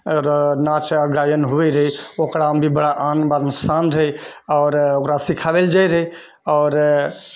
रऽ नाच गायन हुवै रहै ओकरामे भी बड़ा आन बान शान रहै आओर ओकरा सिखावए लए जाइ रहै आओर